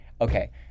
okay